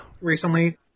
recently